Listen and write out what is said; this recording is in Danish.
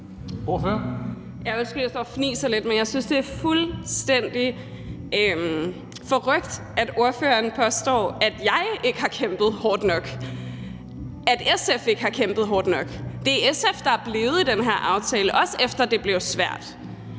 Undskyld, at jeg står og fniser lidt, men jeg synes, det er fuldstændig forrykt, at ordføreren påstår, at jeg ikke har kæmpet hårdt nok, at SF ikke har kæmpet hårdt nok. Det er SF, der er blevet i den her aftale, også efter det blev svært,